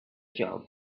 job